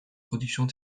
productions